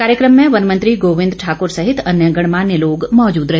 कार्यक्रम में वन मंत्री गोविंद ठाकुर सहित अन्य गणमान्य लोग मौजूद रहे